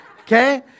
Okay